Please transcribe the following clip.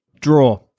Draw